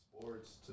sports